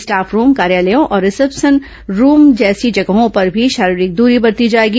staff room कार्यालयों और reception room जैसी जगहों पर भी शारीरिक दूरी बरती जाएगी